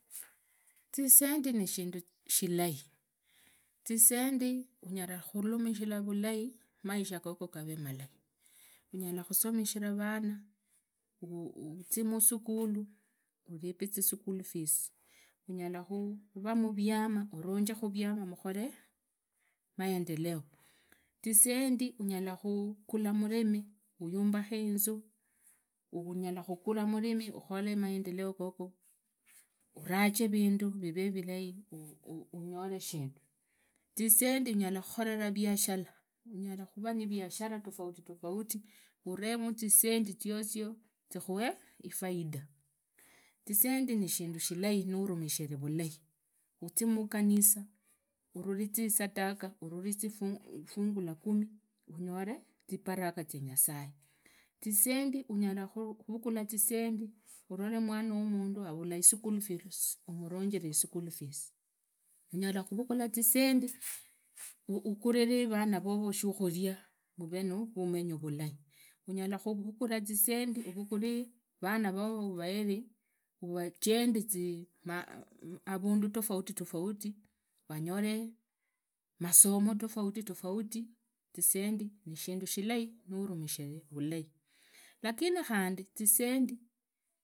Zisendi nishinda shilai, zisendi unyala khunumishila vulai maisha gogo gavee malai unyala khusomeshera vana uzile musukhulu uripe zi school fees, unyala khuvaa murima ulunje vianaa mukhole maendeleo zisendi unyala khugula murimi uyumbukhe inzu unyalakhugura murimi unhoree maendeleo gogo uvaje vindu vivee vilai unyole shindu zisendi nyala khukhorera viashala nyarakharaa naviashara tafauti tafauti urekhu zisendi ziozio zikhawee faida zisendi nishindu shidai nurumishire vulai uzi muyanisa ururize isandaria uruzie fungu lakumi unore zipararia zia nyasaye zisendi unyala khurugula zisendi unyole mwana. Wamundu ahiri khurunja school fees umurunjire school fees. Unyala khuvugula zisendi uguriree vana vovo shikhuria mavee nuvumenyo vulai unyala khuvugula zisendi uvugali vana vovo uvujendize avundu tofauti tofauti vanyole masomo tofauti tofauti zisendi nishindu shilai nurumishire vulai lakini khundi zisendi.